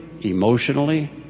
emotionally